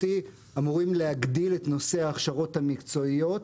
אמורים להגדיל את נושא ההכשרות המקצועיות,